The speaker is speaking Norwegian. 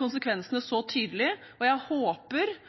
konsekvensene så tydelig, og jeg håper